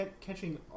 catching